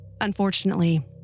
Unfortunately